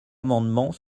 amendement